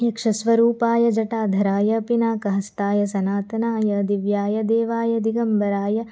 यक्षस्वरूपाय जटाधराय पिनाकहस्ताय सनातनाय दिव्याय देवाय दिगम्बराय